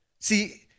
See